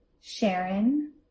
Sharon